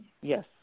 Yes